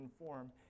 inform